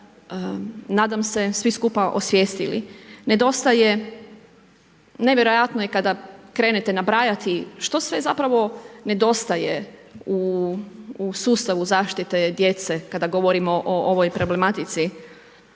nadam se, svi skupa, osvijestili. Nedostaje, nevjerojatno je kada krenete nabrajati što sve zapravo nedostaje u sustavu zaštite djece kada govorimo o ovoj problematici,